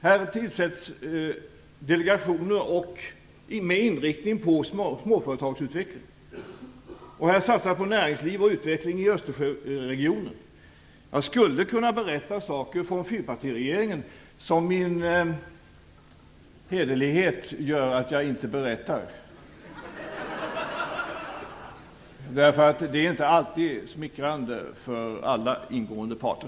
Det tillsätts delegationer med inriktning på småföretagsutveckling, och det satsas på näringsliv och utveckling i Östersjöregionen. Jag skulle kunna berätta saker från fyrpartiregeringen som min hederlighet gör att jag inte går in på, eftersom de inte alltid är smickrande för alla ingående parter.